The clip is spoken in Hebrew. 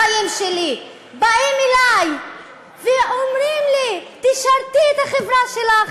אלה שהורסים את החיים שלי באים אלי ואומרים לי: תשרתי את החברה שלך.